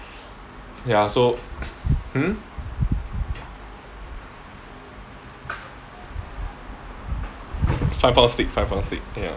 ya so hmm five pound steak five pound steak